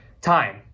time